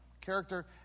Character